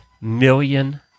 million